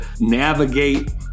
navigate